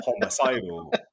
homicidal